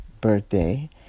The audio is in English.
birthday